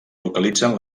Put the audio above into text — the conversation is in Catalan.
localitzen